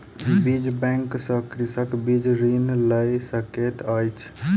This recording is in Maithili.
बीज बैंक सॅ कृषक बीज ऋण लय सकैत अछि